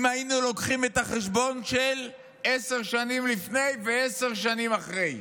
אם היינו לוקחים את החשבון של עשר שנים לפני ועשר שנים אחרי?